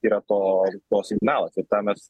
yra to to signalas ir tą mes